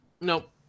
Nope